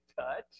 touch